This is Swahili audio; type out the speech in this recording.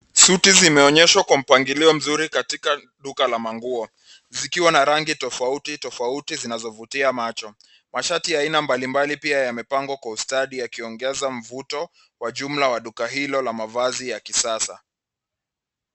Suti zimeonyeshwa kwa mpangilio mzuri katika duka la manguo. Zikiwa na rangi tofauti tofauti zinazovutia macho. Washati ya aina mbalimbali yamepangwa kwa ustadi yakiongeza mvuto wa jumla wa duka hilo la mavazi ya kisasa.